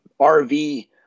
RV